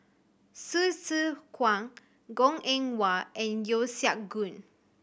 Hsu Tse Kwang Goh Eng Wah and Yeo Siak Goon